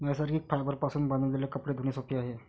नैसर्गिक फायबरपासून बनविलेले कपडे धुणे सोपे आहे